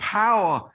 power